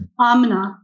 Amna